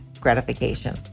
gratification